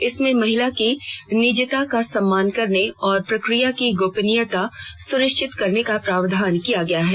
इसमें महिला की निजता का सम्मान करने और प्रक्रिया की गोपनीयता सुनिश्चित करने का प्रावधान किया गया है